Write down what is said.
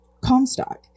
Comstock